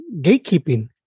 gatekeeping